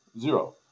Zero